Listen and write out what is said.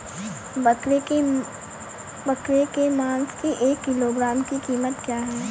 बकरे के मांस की एक किलोग्राम की कीमत क्या है?